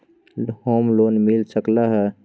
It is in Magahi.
होम लोन मिल सकलइ ह?